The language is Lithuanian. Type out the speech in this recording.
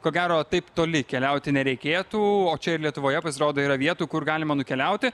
ko gero taip toli keliauti nereikėtų o čia lietuvoje pasirodo yra vietų kur galima nukeliauti